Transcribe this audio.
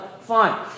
Fine